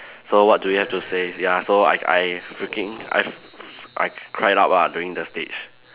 so what do you have to say ya so I I freaking I f~ I cried up ah during the stage